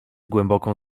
głęboką